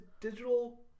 digital